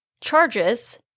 charges